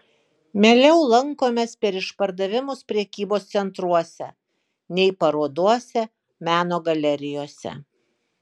mieliau lankomės per išpardavimus prekybos centruose nei parodose meno galerijose